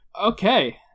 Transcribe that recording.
Okay